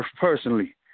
personally